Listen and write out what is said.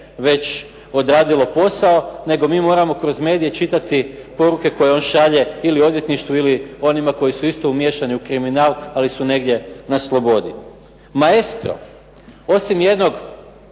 već odradilo posao nego mi moramo kroz medije čitati poruke koje on šalje ili odvjetništvu ili onima koji su isto umiješani u kriminal ali su negdje na slobodi. "Maestro" osim jednog